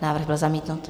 Návrh byl zamítnut.